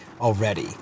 already